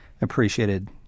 appreciated